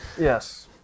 yes